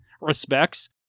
respects